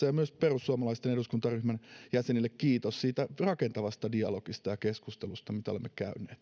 ja myös perussuomalaisten eduskuntaryhmän jäsenille kiitos siitä rakentavasta dialogista ja keskustelusta mitä olemme käyneet